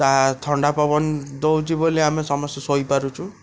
ତାହା ଥଣ୍ଡାପବନ ଦଉଛି ବୋଲି ଆମେ ସମସ୍ତେ ଶୋଇପାରୁଛୁ